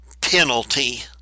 penalty